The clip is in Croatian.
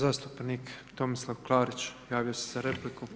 Zastupnik Tomislav Klarić javio se za repliku.